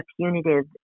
punitive